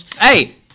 Hey